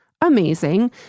amazing